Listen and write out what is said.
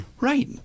Right